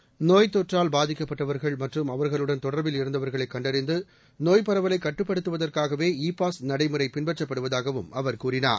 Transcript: seconds நோப்த் தொற்றால் பாதிக்கப்பட்டவர்கள் மற்றும் அவர்களுடன் தொடர்பில் இருந்தவர்களை கண்டறிந்து நோய்ப் பரவலை கட்டுப்படுத்துவதற்காகவே இ பாஸ் நடைமுறை பின்பற்றப்படுவதாகவும் அவர் கூறினார்